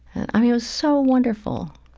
and, i mean, it was so wonderful.